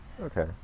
Okay